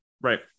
Right